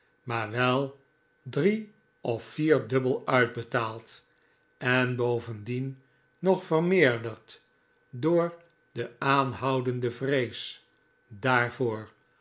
maar wel dne of vier dubbel uitbetaald en bovendien nog vermeerderd door de aanhoudende vrees daarvoor